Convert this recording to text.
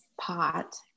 pot